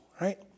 right